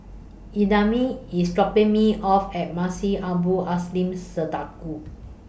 Idamae IS dropping Me off At Masjid Abdul